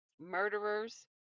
murderers